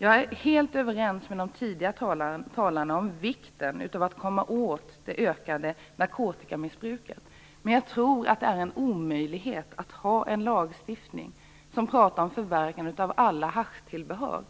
Jag är helt överens med de tidigare talarna om vikten av att komma åt det ökade narkotikamissbruket, men jag tror att det är en omöjlighet att i lagstiftningen ha ett förverkande av alla haschtillbehör.